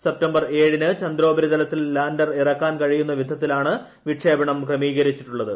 September ഏഴിന് ചന്ദ്രോപരിതലത്തിൽ lander ഇറക്കാൻ കഴിയുന്ന വിധത്തിലാണ് വിക്ഷേപണം ക്രമീകരിച്ചിട്ടുള്ളത്